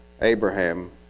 Abraham